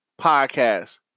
podcast